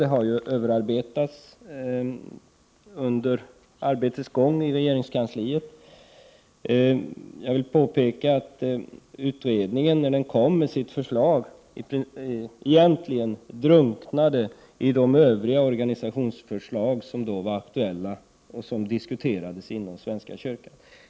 Förslaget har överarbetats under ärendets gångi Prot. 1988/89:46 regeringskansliet. Jag vill påpeka att när utredningen framlade sitt förslag så 15 december 1988 drunknade detta bland de övriga organisationsförslag som då var aktuella ZZ—— och som diskuterades inom svenska kyrkan.